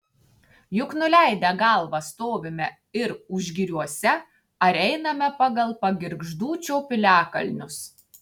juk nuleidę galvas stovime ir užgiriuose ar einame pagal pagirgždūčio piliakalnius